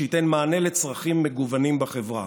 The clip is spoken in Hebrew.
שייתן מענה לצרכים מגוונים בחברה.